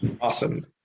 Awesome